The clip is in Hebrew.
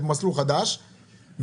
למסלול חדש,